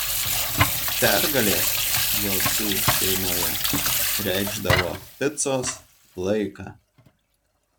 pergalės jocių šeimoje reikšdavo picos laiką